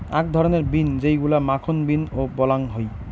আক ধরণের বিন যেইগুলা মাখন বিন ও বলাং হই